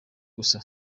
gusa